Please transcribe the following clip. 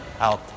out